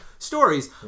stories